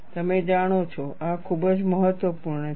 તમે જાણો છો આ ખૂબ જ મહત્વપૂર્ણ છે